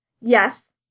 Yes